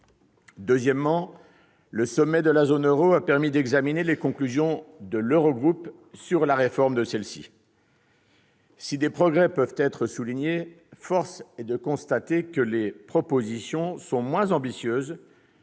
Deuxièmement, le sommet de la zone euro a permis d'examiner les conclusions de l'Eurogroupe sur la réforme de celle-ci. Si des progrès peuvent être soulignés, force est de constater que les propositions sont moins ambitieuses